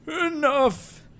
enough